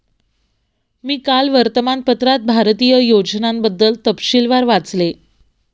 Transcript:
मी काल वर्तमानपत्रात भारतीय योजनांबद्दल तपशीलवार वाचले